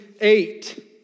eight